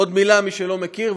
עוד מילה: מי שלא מכיר,